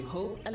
Hope